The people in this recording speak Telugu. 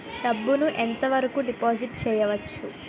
డబ్బు ను ఎంత వరకు డిపాజిట్ చేయవచ్చు?